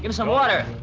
you know some water,